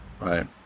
right